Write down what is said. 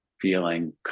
feeling